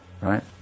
Right